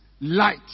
light